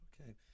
Okay